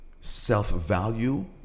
self-value